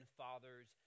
fathers